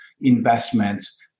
investments